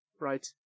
right